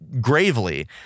gravely